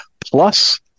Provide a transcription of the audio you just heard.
Plus